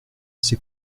ces